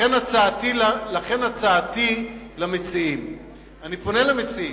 לכן אני פונה למציעים: